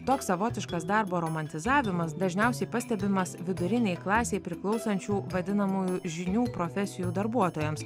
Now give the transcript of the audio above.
toks savotiškas darbo romantizavimas dažniausiai pastebimas vidurinei klasei priklausančių vadinamųjų žinių profesijų darbuotojams